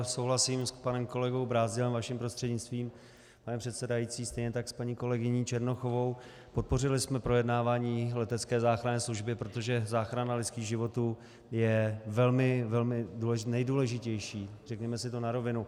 Souhlasím s panem kolegou Brázdilem, vaším prostřednictvím, pane předsedající, stejně tak s paní kolegyní Černochovou, podpořili jsme projednávání letecké záchranné služby, protože záchrana lidských životů je velmi, velmi důležitá, nejdůležitější, řekněme si to na rovinu.